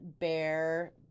bear